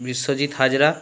Biswajit Hazra